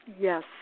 Yes